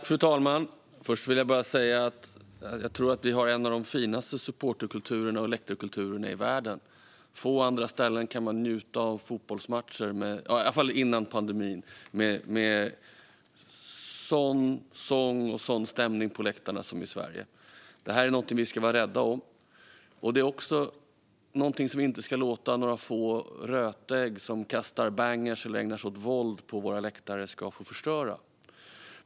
Fru talman! Först vill jag säga att jag tror att vi har en av de finaste supporter och läktarkulturerna i världen. På få andra ställen kan man njuta av fotbollsmatcher, i alla fall före pandemin, med sådan sång och stämning på läktarna som i Sverige. Det här är någonting som vi ska vara rädda om, och det är också någonting som vi inte ska låta några få rötägg som kastar bangers eller ägnar sig åt våld på våra läktare få förstöra.